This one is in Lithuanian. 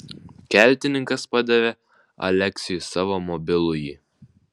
keltininkas padavė aleksiui savo mobilųjį